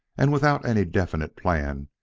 and, without any definite plan,